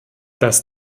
das